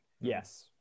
Yes